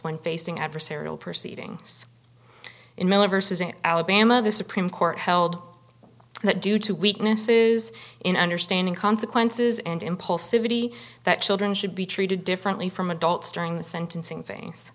when facing adversarial proceeding in miller says in alabama the supreme court held that due to weaknesses in understanding consequences and impulsivity that children should be treated differently from adults during the sentencing